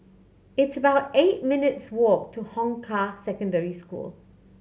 it's about eight minutes' walk to Hong Kah Secondary School